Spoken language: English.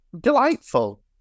Delightful